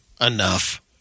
Enough